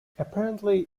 apparently